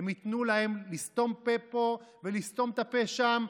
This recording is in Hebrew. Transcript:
הם ייתנו להם לסתום פֶּה פֹּה ולסתום את הפה שם,